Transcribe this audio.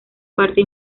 parte